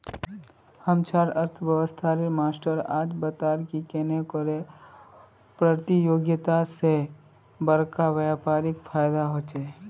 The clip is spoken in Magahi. हम्चार अर्थ्शाश्त्रेर मास्टर आज बताले की कन्नेह कर परतियोगिता से बड़का व्यापारीक फायेदा होचे